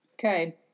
Okay